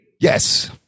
Yes